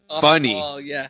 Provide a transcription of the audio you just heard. funny